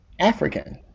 African